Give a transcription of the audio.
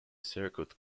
circuit